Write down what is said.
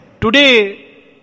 today